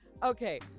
Okay